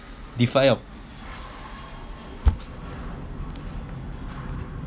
define your